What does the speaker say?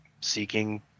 seeking